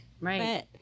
Right